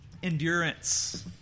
endurance